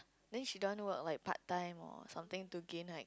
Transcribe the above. then she don't want to work like part-time or something to gain like